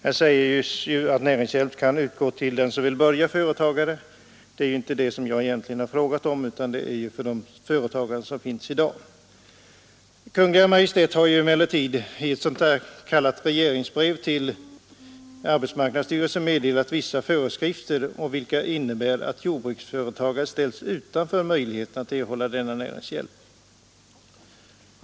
Det framhålls i svaret att näringshjälp kan utgå till den som vill börja som företagare. Det är egentligen inte det som jag frågat om, utan jag syftade på de företagare som redan är etablerade. Kungl. Maj:t har emellertid i ett s.k. regleringsbrev till arbetsmarknadsstyrelsen meddelat vissa föreskrifter, vilka innebär att jordbruksföretagare ställs utanför möjligheterna att erhålla denna näringshjälp.